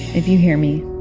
if you hear me,